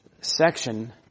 section